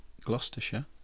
Gloucestershire